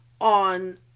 on